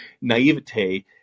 naivete